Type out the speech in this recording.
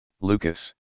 Lucas